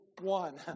one